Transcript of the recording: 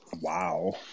Wow